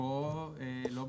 פה לא ברור.